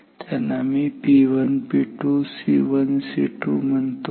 मी त्यांना P1 P2 C1 C2 म्हणतो